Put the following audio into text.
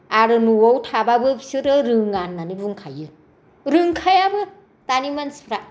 आरो न'आव थाबाबो बिसोरो रोङा होननानै बुंखायो रोंखायाबो दानि मानसिफ्रा